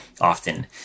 often